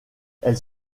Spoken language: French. elle